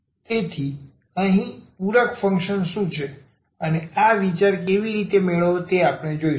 તેથી અહીં પૂરક ફંક્શન શું છે અને આ વિચાર કેવી રીતે મેળવવો તે આપણે જોઈશું